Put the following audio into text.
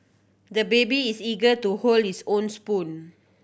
the baby is eager to hold his own spoon